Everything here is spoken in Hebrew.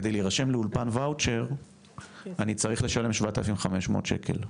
כדי להירשם לאולפן ואוצ'ר אני צריך לשלם 7,500 שקל.